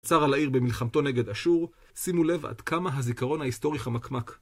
צר על העיר במלחמתו נגד אשור, שימו לב עד כמה הזיכרון ההיסטורי חמקמק.